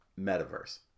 metaverse